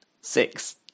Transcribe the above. Six